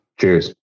Cheers